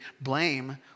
blame